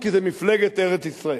כי זאת מפלגת ארץ-ישראל.